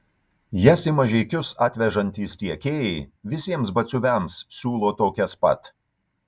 jas į mažeikius atvežantys tiekėjai visiems batsiuviams siūlo tokias pat